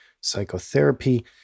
psychotherapy